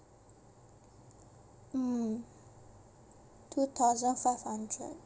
mm two thousand five hundred